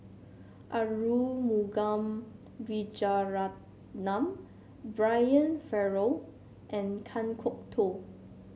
Arumugam Vijiaratnam Brian Farrell and Kan Kwok Toh